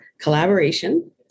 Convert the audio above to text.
collaboration